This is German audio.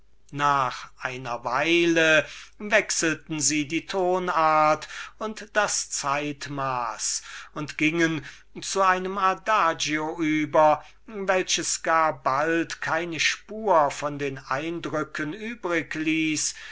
nach einer weile wechselten sie die tonart und den rhythmus durch ein andante welches in wenigen takten nicht die mindeste spur von den eindrücken